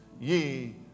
ye